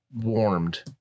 warmed